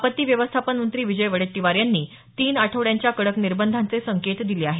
आपत्ती व्यवस्थापन मंत्री विजय वडेट्टीवार यांनी तीन आठवड्यांच्या कडक निर्बंधांचे संकेत दिले आहेत